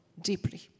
deeply